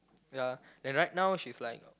ya and right now she's like